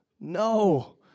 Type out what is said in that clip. No